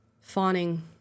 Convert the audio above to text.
fawning